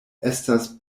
estas